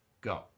go